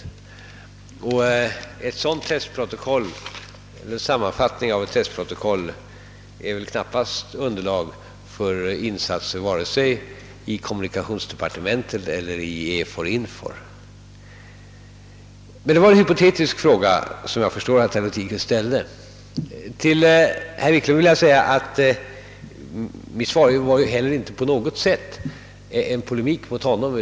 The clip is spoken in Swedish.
En sådan sammanfattning av ett testprotokoll torde knappast utgöra ett underlag för insatser vare sig i kommunikationsdepartementet eller i EFOR/INFOR. Men jag förstår att det var en hypotetisk fråga som herr Lothigius ställde. Till herr Wiklund vill jag säga att mitt svar inte heller på något sätt utgör en polemik mot honom.